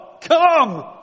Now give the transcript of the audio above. Come